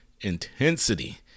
Intensity